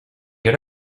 hora